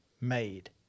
made